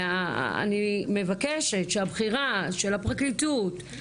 אני מבקשת שהבחירה של הפרקליטות,